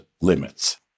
limits